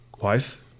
wife